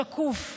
שקוף ועני.